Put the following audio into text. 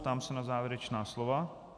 Ptám se na závěrečná slova.